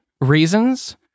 reasons